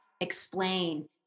explain